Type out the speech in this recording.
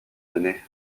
donné